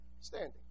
standing